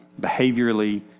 Behaviorally